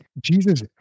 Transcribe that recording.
Jesus